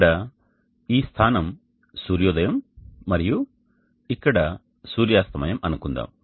ఇక్కడ ఈ స్థానం సూర్యోదయం మరియు ఇక్కడ సూర్యాస్తమయం అనుకుందాం